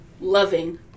loving